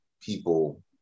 people